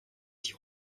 die